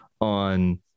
on